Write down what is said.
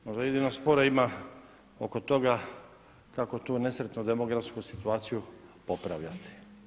Možda jedino spora ima oko toga kako tu nesretnu demografsku situaciju popravljati.